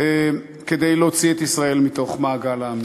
כדי להוציא את ישראל מתוך מעגל העמים.